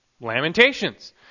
Lamentations